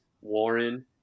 Warren